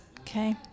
Okay